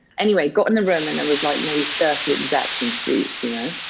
anyway, got in the room, and there was like maybe thirty execs in suits, you know?